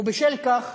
ובשל כך